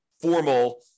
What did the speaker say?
formal